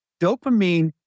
dopamine